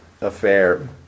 affair